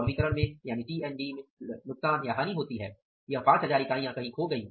अर्थात 5000 इकाइयां कहाँ खो गई